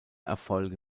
erfolge